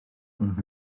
gwelwch